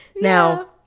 Now